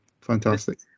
fantastic